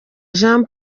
jean